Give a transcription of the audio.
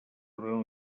durant